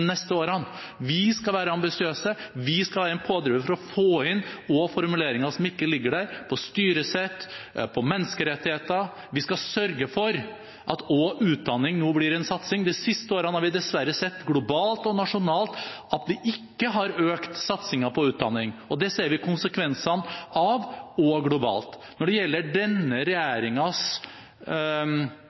neste årene. Vi skal være ambisiøse, vi skal være en pådriver for å få inn også formuleringer som ikke ligger der, på styresett, på menneskerettigheter. Vi skal sørge for at også utdanning nå blir en satsing. De siste årene har vi dessverre sett globalt og nasjonalt at vi ikke har økt satsingen på utdanning. Det ser vi konsekvensene av også globalt. Når det gjelder denne